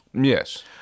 Yes